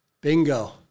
Bingo